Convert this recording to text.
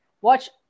watch